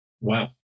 Wow